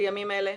בימים אלה?